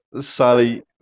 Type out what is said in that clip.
Sally